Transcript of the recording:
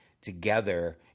together